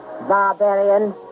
Barbarian